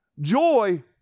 Joy